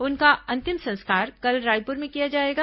उनका अंतिम संस्कार कल रायपुर में किया जाएगा